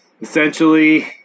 essentially